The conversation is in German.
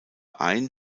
ein